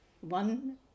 One